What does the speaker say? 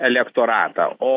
elektoratą o